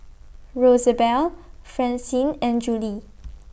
Rosabelle Francine and Julie